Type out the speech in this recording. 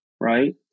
right